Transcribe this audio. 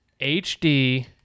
HD